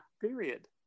period